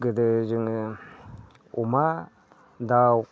गोदो जोङो अमा दाउ